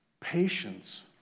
patience